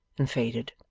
and faded.